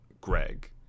greg